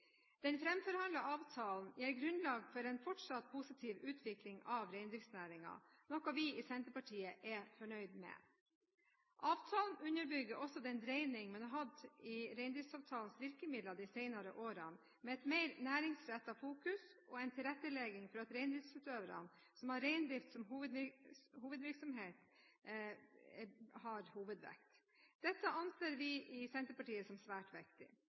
den enkelte reindriftsutøver. Den framforhandlede avtalen gir grunnlag for en fortsatt positiv utvikling av reindriftsnæringen, noe vi i Senterpartiet er fornøyd med. Avtalen underbygger også den dreining man har hatt i reindriftsavtalens virkemidler de senere årene, med et mer næringsrettet fokus og en tilrettelegging for de reindriftsutøverne som har reindrift som hovedvirksomhet. Dette anser vi i Senterpartiet som svært viktig.